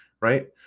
right